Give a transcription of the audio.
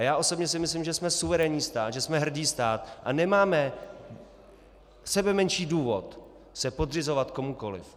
A já osobně si myslím, že jsme suverénní stát, že jsme hrdý stát a nemáme sebemenší důvod se podřizovat komukoli.